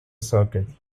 circuit